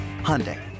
Hyundai